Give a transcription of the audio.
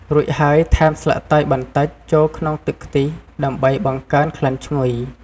រួចហើយ ថែមស្លឹកតើយបន្តិចចូលក្នុងទឹកខ្ទិះ ដើម្បីបង្កើនក្លិនឈ្ងុយ។